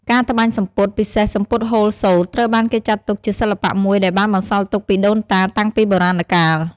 ការត្បាញសំពត់ ពិសេសសំពត់ហូលសូត្រ ត្រូវបានគេចាត់ទុកជាសិល្បៈមួយដែលបានបន្សល់ទុកពីដូនតាតាំងពីបុរាណកាល។